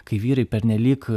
kai vyrai pernelyg